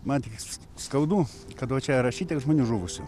man tik s skaudu kada va čia yra šitiek žmonių žuvusių